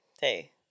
Hey